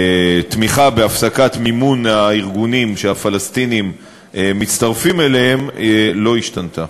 תמיכה בהפסקת מימון הארגונים שהפלסטינים מצטרפים אליהם לא השתנתה.